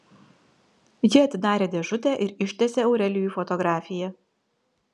ji atidarė dėžutę ir ištiesė aurelijui fotografiją